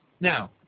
now